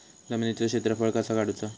जमिनीचो क्षेत्रफळ कसा काढुचा?